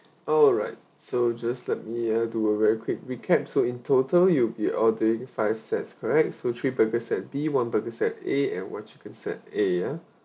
alright so just let me uh do a very quick recap so in total you you ordering five sets correct so three burgers set B one burger set A and one chicken set A ya